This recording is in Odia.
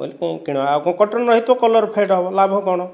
ବୋଲି କିଣିବ ଆଉ କଟନ୍ର ହୋଇଥିବ କଲର୍ ଫେଡ଼୍ ହେବ ଲାଭ କ'ଣ